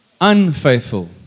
Unfaithful